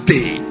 Day